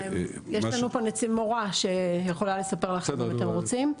יש לנו פה מורה שיכולה לספר לכם אם אתם רוצים.